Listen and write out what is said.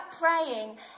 praying